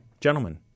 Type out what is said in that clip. gentlemen